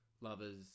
lovers